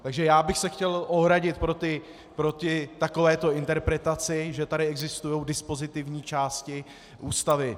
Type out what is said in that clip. Takže já bych se chtěl ohradit proti takovéto interpretaci, že tady existují dispozitivní části Ústavy.